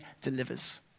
delivers